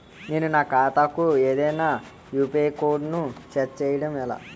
నేను నా ఖాతా కు ఏదైనా యు.పి.ఐ కోడ్ ను సెట్ చేయడం ఎలా?